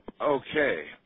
Okay